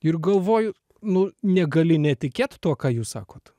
ir galvoju nu negali netikėt tuo ką jūs sakot